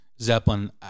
zeppelin